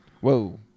Whoa